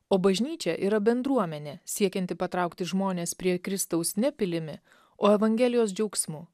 o bažnyčia yra bendruomenė siekianti patraukti žmones prie kristaus ne pilimi o evangelijos džiaugsmu